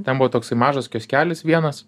ten buvo toksai mažas kioskelis vienas